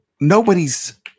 nobody's